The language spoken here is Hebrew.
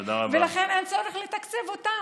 ולכן אין צורך לתקצב אותם.